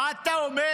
מה אתה אומר.